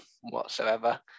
whatsoever